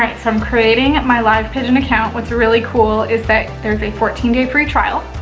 um so i'm creating my livepigeon account. what's really cool is that there's a fourteen day free trial.